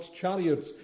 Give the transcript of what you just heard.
chariots